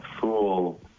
fool